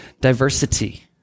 diversity